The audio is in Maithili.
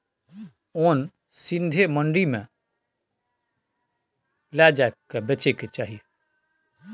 ओन सीधे मंडी मे लए जाए कय बेचे के चाही